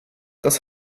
das